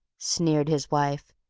sneered his wife.